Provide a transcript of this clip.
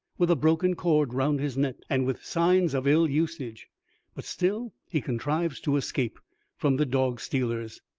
with a broken cord round his neck, and with signs of ill-usage but still he contrives to escape from the dog-stealers.